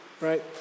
right